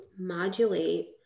modulate